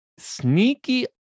sneaky